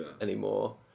anymore